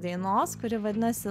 dainos kuri vadinasi